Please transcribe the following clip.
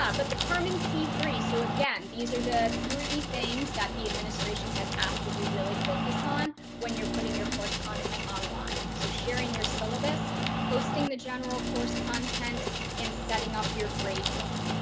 but the carmen key three. so again, these are the three things that the administration has asked that you really focus on when you're putting your course content online. so sharing your syllabus posting the general course content in setting up your gradebook.